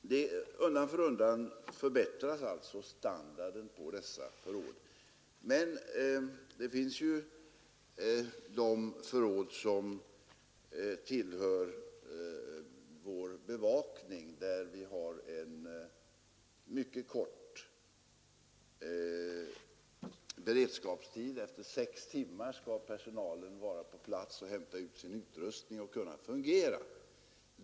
Undan för undan förbättras alltså standarden på dessa förråd. Men sedan har vi ju också de förråd som ingår i vår bevakningsberedskap. De måste vara placerade på sådant sätt att personalen efter sex timmar kan vara på plats för att hämta ut sin utrustning och kunna fungera.